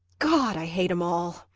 gawd, i hate em all,